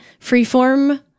freeform